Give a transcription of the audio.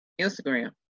Instagram